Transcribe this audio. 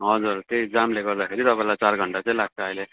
हजुर त्यही जामले गर्दाखेरि तपाईँलाई चार घन्टा चाहिँ लाग्छ अहिले